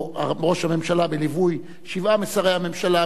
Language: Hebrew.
או: ראש הממשלה בליווי שבעה משרי הממשלה,